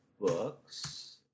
books